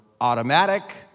Automatic